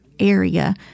area